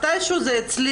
מתי שהוא זה יצליח.